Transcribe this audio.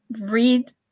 read